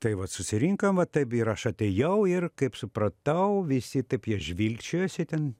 tai vat susirinkom va taip ir aš atėjau ir kaip supratau visi taip žvilgčiojos jie ten